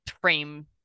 frame